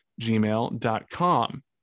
gmail.com